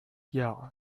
yeah